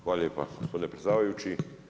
Hvala lijepo gospodine predsjedavajući.